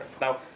Now